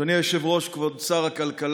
אדוני היושב-ראש, כבוד שר הכלכלה,